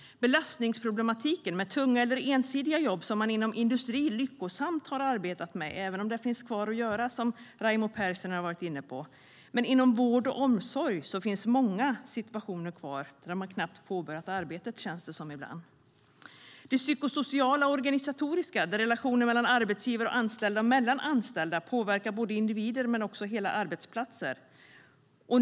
Belastningsproblematiken med tunga eller ensidiga jobb har man arbetat lyckosamt med inom industrin, även om det finns kvar att göra, som Raimo Pärssinen har varit inne på. Men inom vård och omsorg finns många problem kvar. Ibland känns det som att man knappt har påbörjat arbetet där. När det gäller det psykosociala och organisatoriska påverkar relationen mellan arbetsgivare och anställda och mellan anställda både individer och hela arbetsplatser.